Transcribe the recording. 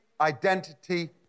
identity